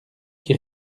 qui